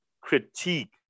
critique